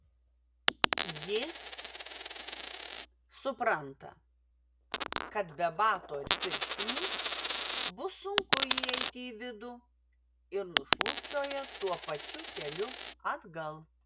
ji supranta kad be bato ir pirštinių bus sunku įeiti į vidų ir nušlubčioja tuo pačiu keliu atgal